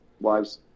wives